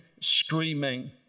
screaming